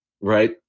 Right